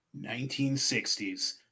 1960s